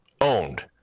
owned